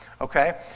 Okay